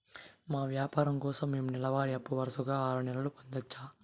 మా వ్యాపారం కోసం మేము నెల వారి అప్పు వరుసగా ఆరు నెలలు పొందొచ్చా?